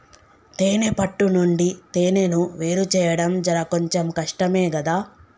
తేనే పట్టు నుండి తేనెను వేరుచేయడం జర కొంచెం కష్టమే గదా